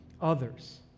others